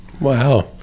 Wow